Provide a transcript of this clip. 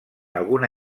alguna